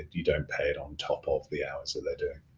you don't pay it on top of the hours that they're doing.